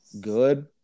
good